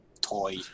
toy